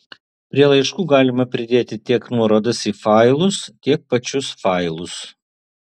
prie laiškų galima pridėti tiek nuorodas į failus tiek pačius failus